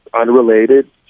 unrelated